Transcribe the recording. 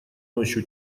ночью